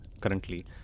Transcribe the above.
currently